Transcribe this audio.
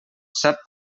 sap